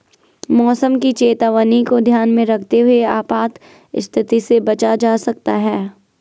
मौसम की चेतावनी को ध्यान में रखते हुए आपात स्थिति से बचा जा सकता है